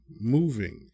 moving